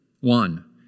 One